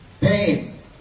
Pain